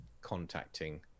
contacting